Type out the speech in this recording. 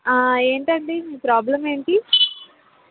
ఏంటండి మీ ప్రాబ్లమ్ ఏంటి